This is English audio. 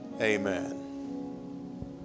Amen